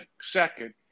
second